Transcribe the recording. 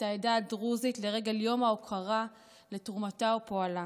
העדה הדרוזית לרגל יום ההוקרה לתרומתה ופועלה.